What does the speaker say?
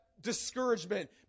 discouragement